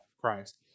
Christ